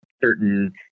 certain